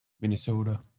Minnesota